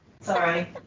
Sorry